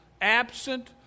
absent